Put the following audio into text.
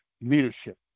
leadership